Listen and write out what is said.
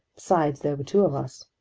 besides, there were two of us.